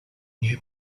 new